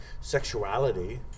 sexuality